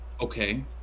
Okay